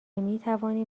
میتوانیم